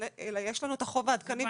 אלא יש לנו את החוב העדכני בתיק.